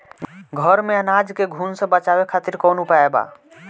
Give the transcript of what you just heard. घर में अनाज के घुन से बचावे खातिर कवन उपाय बा?